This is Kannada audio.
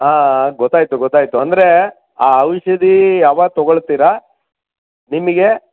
ಹಾಂ ಗೊತ್ತಾಯ್ತು ಗೊತ್ತಾಯ್ತು ಅಂದರೆ ಆ ಔಷಧಿ ಯಾವಾಗ ತೊಗೊಳ್ತಿರ ನಿಮಗೆ